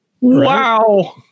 Wow